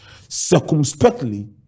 circumspectly